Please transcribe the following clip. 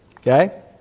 Okay